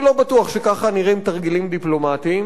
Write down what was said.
אני לא בטוח שככה נראים תרגילים דיפלומטיים.